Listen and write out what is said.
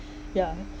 yeah